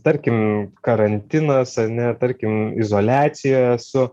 tarkim karantinas ar ne tarkim izoliacijoj esu